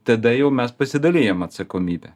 tada jau mes pasidalijam atsakomybe